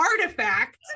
artifact